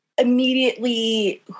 immediately